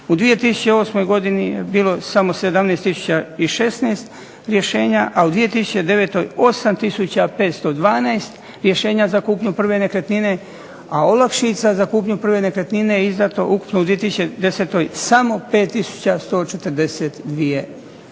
u 2008. je bilo samo 17 tisuća i 16 rješenja, a u 2009. 8 tisuća 512 rješenja za kupnju prve nekretnine, a olakšica za kupnju prve nekretnine je izdano ukupno u 2010. samo 5 tisuća